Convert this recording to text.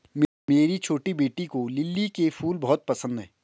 मेरी छोटी बेटी को लिली के फूल बहुत पसंद है